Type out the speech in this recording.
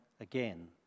again